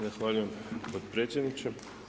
Zahvaljujem potpredsjedniče.